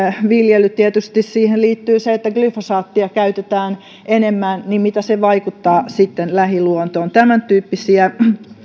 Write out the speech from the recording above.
viljelyyn tietysti liittyy se että glyfosaattia käytetään enemmän vaikuttavat lähiluontoon tämäntyyppisiä